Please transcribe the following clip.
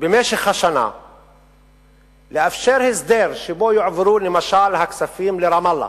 במשך השנה לאפשר הסדר שבו יועברו הכספים למשל לרמאללה,